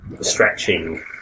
stretching